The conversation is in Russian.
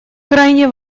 крайне